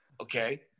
Okay